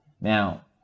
now